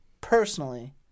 personally